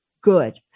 good